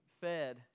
fed